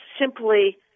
simply